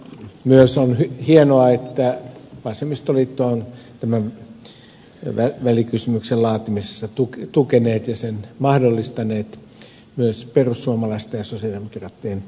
myös on hienoa että vasemmistoliittoa ovat tämän välikysymyksen laatimisessa tukeneet ja sen mahdollistaneet myös perussuomalaisten ja sosialidemokraattien kansanedustajat